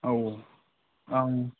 औ औ आं